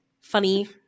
funny